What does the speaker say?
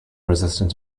resistant